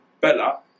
Bella